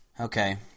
Okay